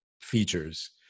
features